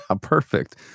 Perfect